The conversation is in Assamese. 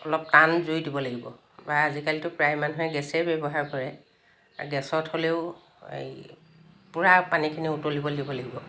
অলপ টান জুই দিব লাগিব বা আজিকালিটো প্ৰায় মানুহে গেছেই ব্যৱহাৰ কৰে গেছত হ'লেও পূৰা পানীখিনি উতলিব দিব লাগিব